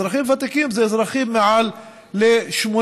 אזרחים ותיקים אלו אזרחים מעל גיל